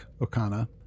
Okana